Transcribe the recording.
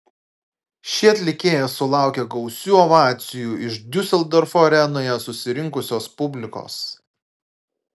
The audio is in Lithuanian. ši atlikėja sulaukė gausių ovacijų iš diuseldorfo arenoje susirinkusios publikos